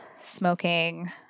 smoking